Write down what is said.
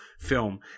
film